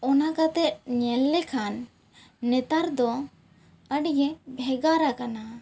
ᱚᱱᱟ ᱠᱟᱛᱮ ᱧᱮᱞ ᱞᱮᱠᱷᱟᱱ ᱱᱮᱛᱟᱨ ᱫᱚ ᱟᱹᱰᱤ ᱜᱮ ᱵᱷᱮᱜᱟᱨ ᱟᱠᱟᱱᱟ